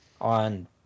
on